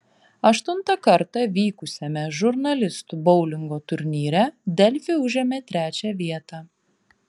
aštuntą kartą vykusiame žurnalistų boulingo turnyre delfi užėmė trečią vietą